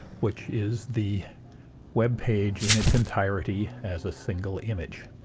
which is the web page in its entirety as a single image.